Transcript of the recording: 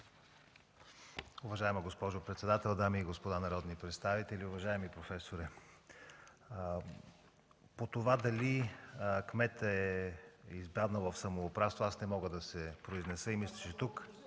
Уважаема госпожо председател, дами и господа народни представители! Уважаеми професоре, по това дали кметът е изпаднал в самоуправство не мога да се произнеса. Мисля, че